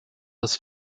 des